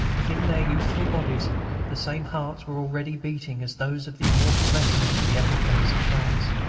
within their youthful bodies the same hearts were already beating as those of the immortal veterans of the epic days of france.